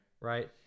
right